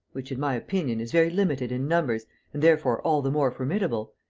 which, in my opinion, is very limited in numbers and therefore all the more formidable,